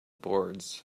boards